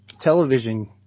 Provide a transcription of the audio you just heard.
television